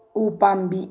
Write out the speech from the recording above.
ꯎꯄꯥꯝꯕꯤ